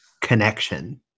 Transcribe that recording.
connection